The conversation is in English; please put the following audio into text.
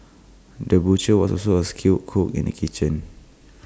the butcher was also A skilled cook in the kitchen